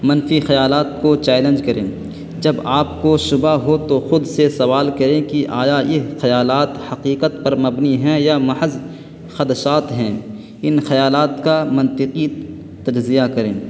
منفی خیالات کو چیلنج کریں جب آپ کو شبہ ہو تو خود سے سوال کریں کہ آیا یہ خیالات حقیقت پر مبنی ہیں یا محض خدشات ہیں ان خیالات کا منطقی تجزیہ کریں